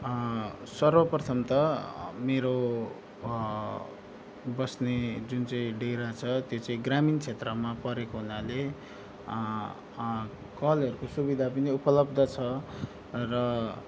सर्वप्रथम त मेरो बस्ने जुन चाहिँ डेरा छ त्यो चाहिँ ग्रामीण क्षेत्रमा परेको हुनाले कलहरूको सुविधा पनि उपलब्ध छ र